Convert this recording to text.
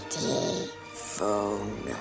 Phone